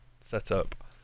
setup